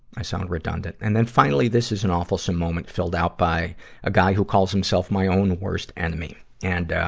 i sound redundant. and then, finally, this is an awfulsome moment filled out by ah guy who calls himself my own worst enemy. and,